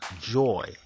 joy